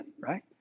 right